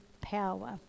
power